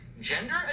Gender